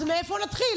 אז מאיפה נתחיל?